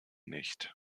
nicht